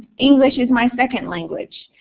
english is my second language.